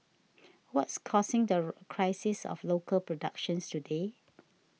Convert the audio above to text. what's causing the crisis of local productions today